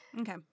Okay